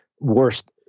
worst